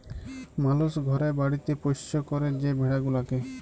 মালুস ঘরে বাড়িতে পৌষ্য ক্যরে যে ভেড়া গুলাকে